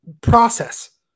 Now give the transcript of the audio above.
process